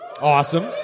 Awesome